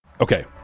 Okay